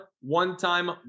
one-time